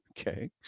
Okay